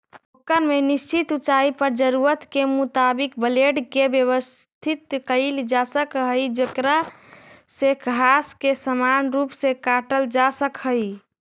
ओकर में निश्चित ऊँचाई पर जरूरत के मुताबिक ब्लेड के व्यवस्थित कईल जासक हई जेकरा से घास के समान रूप से काटल जा सक हई